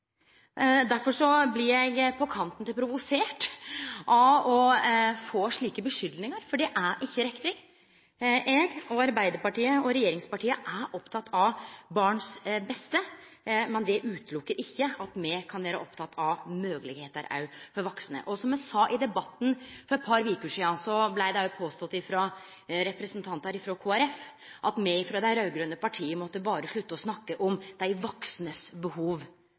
Derfor blir eg på kanten til provosert av å få slike skuldingar, for det er ikkje riktig. Eg og Arbeidarpartiet og regjeringspartia er opptekne av barns beste, men det hindrar ikkje at me kan vere opptekne av moglegheiter òg for vaksne. Som eg sa i debatten for et par veker sidan, blei det òg påstått frå representantar frå Kristeleg Folkeparti at me frå dei raud-grøne partia måtte slutte berre å snakke om dei vaksne sine behov.